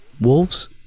Wolves